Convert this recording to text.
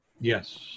yes